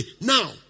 Now